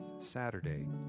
Saturday